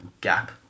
gap